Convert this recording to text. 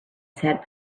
said